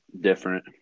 different